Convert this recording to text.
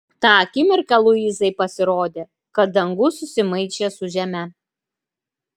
tą akimirką luizai pasirodė kad dangus susimaišė su žeme